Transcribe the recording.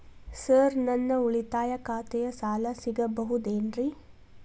Sir ನನ್ನ ಉಳಿತಾಯ ಖಾತೆಯ ಸಾಲ ಸಿಗಬಹುದೇನ್ರಿ?